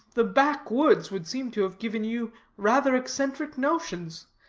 the back-woods would seem to have given you rather eccentric notions,